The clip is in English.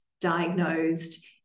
diagnosed